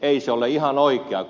ei se ole ihan oikein